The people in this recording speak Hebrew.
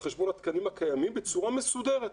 חשבון התקנים הקיימים בצורה מסודרת.